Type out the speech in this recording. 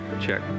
check